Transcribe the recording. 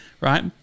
right